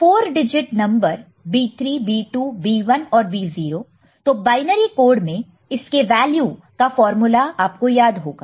4 digit number B3 B2 B1 और B0 तो binary code में इसके वैल्यू का फार्मूला आपको याद होगा